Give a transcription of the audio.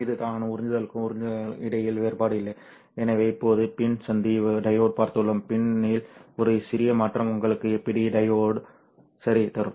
இதுதான் உறிஞ்சுதலுக்கும் உறிஞ்சுதலுக்கும் இடையில் வேறுபாடு இல்லை எனவே இப்போது PIN சந்தி டையோடு பார்த்துள்ளோம் PIN இல் ஒரு சிறிய மாற்றம் உங்களுக்கு APD டையோடு சரி தரும்